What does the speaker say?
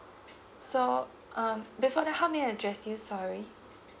so um before that how may I address you sorry